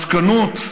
מסקנות,